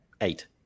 Eight